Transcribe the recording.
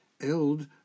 Eld